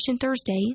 Thursday